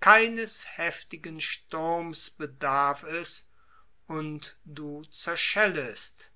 keines heftigen sturms bedarf es und du zerschellest